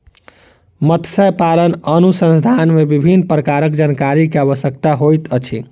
मत्स्य पालन अनुसंधान मे विभिन्न प्रकारक जानकारी के आवश्यकता होइत अछि